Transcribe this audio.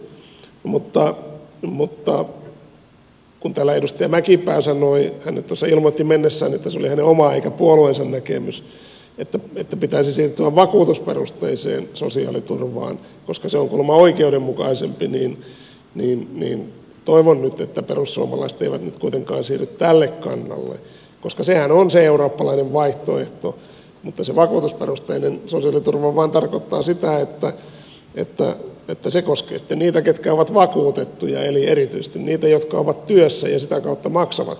mutta kun täällä edustaja mäkipää sanoi hän nyt ilmoitti tuossa mennessään että se oli hänen oma eikä hänen puolueensa näkemys että pitäisi siirtyä vakuutusperusteiseen sosiaaliturvaan koska se on kuulemma oikeudenmukaisempi niin toivon nyt että perussuomalaiset eivät nyt kuitenkaan siirry tälle kannalle koska sehän on se eurooppalainen vaihtoehto mutta se vakuutusperusteinen sosiaaliturva vain tarkoittaa sitä että se koskee sitten niitä ketkä ovat vakuutettuja eli erityisesti niitä jotka ovat työssä ja sitä kautta maksavat sosiaaliturvamaksuja